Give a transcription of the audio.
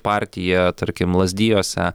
partija tarkim lazdijuose